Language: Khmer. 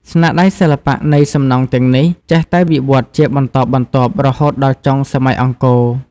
ស្នាដៃសិល្បៈនៃសំណង់ទាំងនេះ ចេះតែវិវត្តជាបន្តបន្ទាប់រហូតដល់ចុងសម័យអង្គរ ។